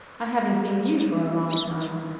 i haven't seen you for a long time.